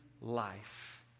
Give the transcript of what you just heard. life